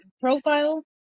profile